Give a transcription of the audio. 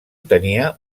tenia